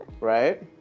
right